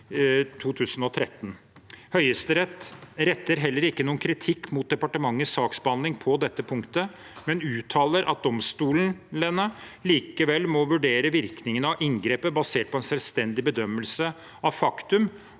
Høyesterett retter heller ikke noen kritikk mot departementets saksbehandling på dette punktet, men uttaler at domstolene likevel må «vurdere virkningene av inngrepet basert på en selvstendig faktumbedømmelse» og ikke